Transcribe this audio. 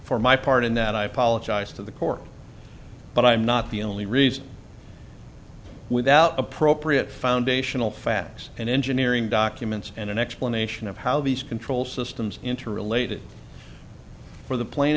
for my part in that i apologize to the court but i'm not the only reason without appropriate foundational facts and engineering documents and an explanation of how these control systems interrelated for the